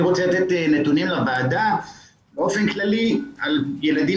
אני רוצה לתת נתונים לוועדה באופן כללי על ילדים